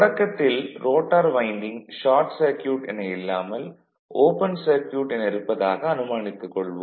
தொடக்கத்தில் rotor winding short circuit என இல்லாமல் ஓபன் சர்க்யூட் என இருப்பதாக அனுமானித்துக் கொள்வோம்